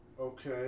Okay